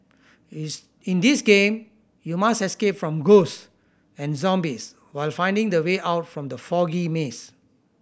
is in this game you must escape from ghosts and zombies while finding the way out from the foggy maze